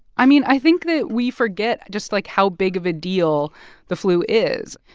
i mean, i think that we forget just, like, how big of a deal the flu is.